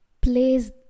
place